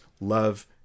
love